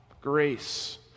grace